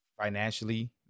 financially